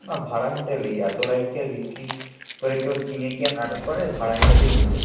না ভাড়া হিসেবেই এতো লাইট কি আর বিক্রি করে কেউ কিনে কি আর নাটক করে ভাড়া হিসেবেই দিই তো